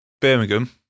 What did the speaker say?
Birmingham